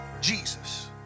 Jesus